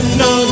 no